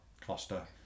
cluster